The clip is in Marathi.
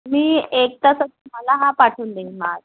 मी एक तासात तुम्हाला हा पाठवून देईन माल